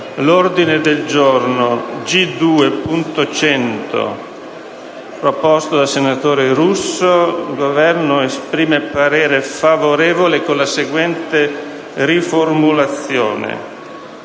l’ordine del giorno G2.100, proposto dal senatore Russo, il Governo esprime favorevole con la seguente riformulazione: